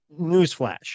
newsflash